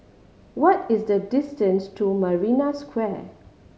what is the distance to Marina Square